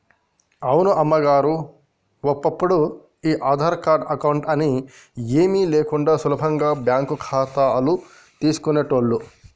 అవును అమ్మగారు ఒప్పుడు ఈ ఆధార్ కార్డు అకౌంట్ అని ఏమీ లేకుండా సులువుగా బ్యాంకు ఖాతాలు తీసుకునేటోళ్లు